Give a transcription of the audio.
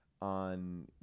on